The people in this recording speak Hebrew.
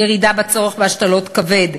ירידה בצורך בהשתלות כבד,